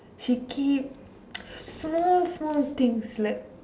she keep small small things like